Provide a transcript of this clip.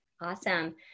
Awesome